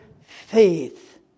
faith